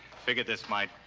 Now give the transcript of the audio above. figured this might.